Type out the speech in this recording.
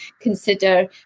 consider